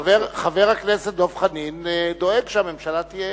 חבר הכנסת דב חנין דואג שהממשלה תהיה,